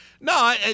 No